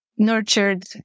Nurtured